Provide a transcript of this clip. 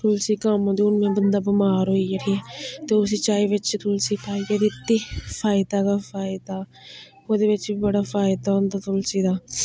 तुलसी कम्म दी होंदी बंदा बमार होइयै ठीक ऐ ते उसी चाही बिच्च तुलसी पाइयै दित्ती फायदा गै फायदा ओह्दे बिच्च बी बड़ा फायदा होंदा तुलसी दा